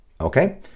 Okay